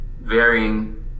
varying